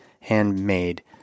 handmade